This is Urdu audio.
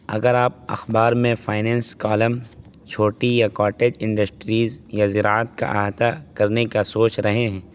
اگر آپ اخبار میں فائننس کالم چھوٹی یا کاٹج انڈسٹریز یا زراعت کا احاطہ کرنے کا سوچ رہے ہیں